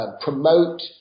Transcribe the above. promote